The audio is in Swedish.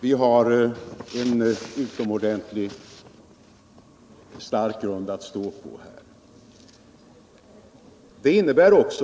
Vi har en utomordentligt stark grund att stå på här.